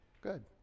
Good